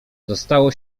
dostało